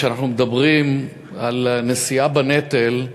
כשאנחנו מדברים על נשיאה בנטל,